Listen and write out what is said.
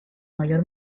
mayor